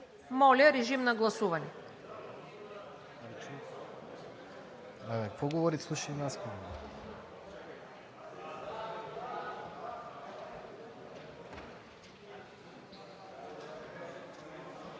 Моля, режим на прегласуване.